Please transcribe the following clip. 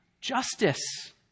Justice